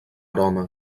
aroma